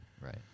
right